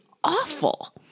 awful